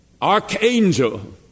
archangel